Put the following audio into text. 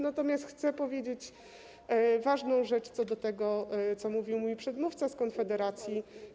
Natomiast chcę powiedzieć ważną rzecz co do tego, co mówił mój przedmówca z Konfederacji.